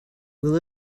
will